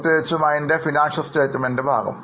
പ്രത്യേകിച്ച് അതിൻറെ സാമ്പത്തിക പ്രസ്താവന ഭാഗം